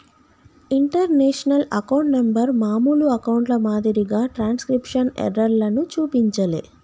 international account number మామూలు అకౌంట్ల మాదిరిగా ట్రాన్స్క్రిప్షన్ ఎర్రర్లను చూపించలే